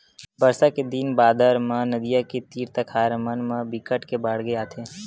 बरसा के दिन बादर म नदियां के तीर तखार मन म बिकट के बाड़गे आथे